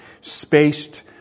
spaced